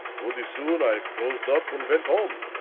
putty soon i closed up and went home.